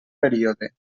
període